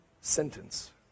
sentence